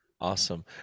Awesome